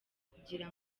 kugira